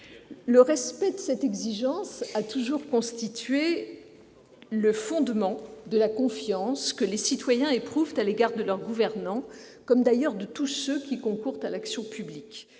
Le respect de cette exigence a toujours constitué le fondement de la confiance que les citoyens éprouvent à l'égard de leurs gouvernants comme de tous ceux qui concourent à l'exercice